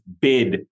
bid